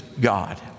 God